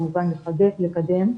כמובן לחזק ולקדם.